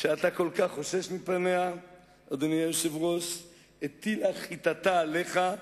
שאתה כל כך חושש מפניה הטילה חתתה עליך,